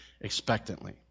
expectantly